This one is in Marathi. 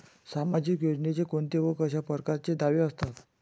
सामाजिक योजनेचे कोंते व कशा परकारचे दावे असतात?